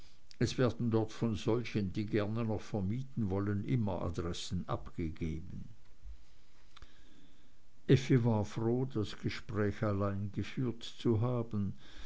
es werden dort von solchen die gerne noch vermieten wollen immer adressen abgegeben effi war froh das gespräch allein geführt zu haben